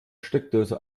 steckdose